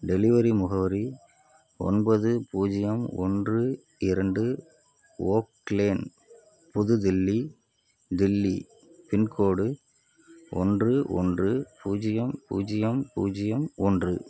delivery முகவரி ஒன்பது பூஜ்ஜியம் ஒன்று இரண்டு ஓக் லேன் புது தில்லி தில்லி பின்கோடு ஒன்று ஒன்று பூஜ்ஜியம் பூஜ்ஜியம் பூஜ்ஜியம் ஒன்று